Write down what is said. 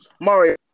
Mario